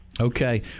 Okay